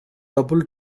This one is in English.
double